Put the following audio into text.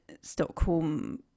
Stockholm